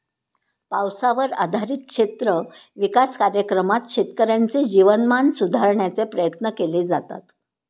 पावसावर आधारित क्षेत्र विकास कार्यक्रमात शेतकऱ्यांचे जीवनमान सुधारण्याचे प्रयत्न केले जातात